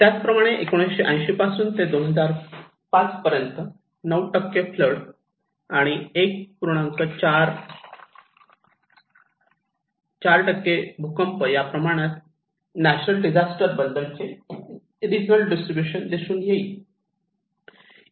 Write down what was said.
त्याच प्रमाणे 1980 पासून ते 2005 पर्यंत 9 फ्लड आणि 1 4 भूकंप याप्रमाणे नॅचरल डिझास्टर बद्दलचे रिजनल डिस्ट्रीब्यूशन दिसून येईल